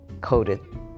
coated